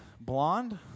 blonde